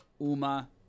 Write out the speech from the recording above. uma